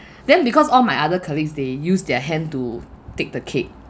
then because all my other colleagues they used their hand to take the cake